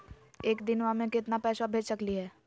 एक दिनवा मे केतना पैसवा भेज सकली हे?